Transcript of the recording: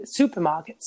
supermarkets